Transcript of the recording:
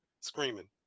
screaming